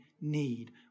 need